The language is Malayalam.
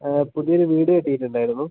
പുതിയൊരു വീട് കെട്ടിയിട്ടുണ്ടായിരുന്നു